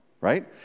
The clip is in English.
right